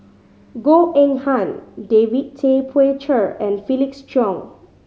Goh Eng Han David Tay Poey Cher and Felix Cheong